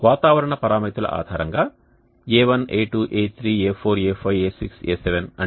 వాతావరణ పరామితుల ఆధారంగా A1A2A3A4A5A6A7 అంటే ఏమిటో అంచనా వేయవలసి ఉంది